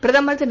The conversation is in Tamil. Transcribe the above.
பிரதமர் திரு